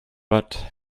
but